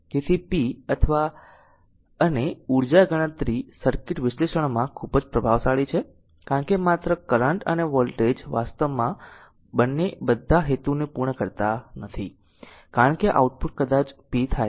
તેથી p અથવા અને ઉર્જા ગણતરી સર્કિટ વિશ્લેષણમાં ખૂબ જ પ્રભાવશાળી છે કારણ કે માત્ર કરંટ અને વોલ્ટેજ વાસ્તવમાં બંને બધા હેતુને પૂર્ણ કરતા નથી કારણ કે આઉટપુટ કદાચ p થાય